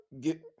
get